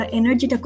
energy